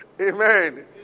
Amen